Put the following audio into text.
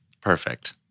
Perfect